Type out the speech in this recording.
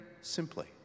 simply